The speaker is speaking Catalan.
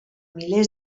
milers